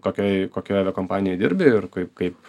kokioj kokioj aviakompanijoj dirbi ir kai kaip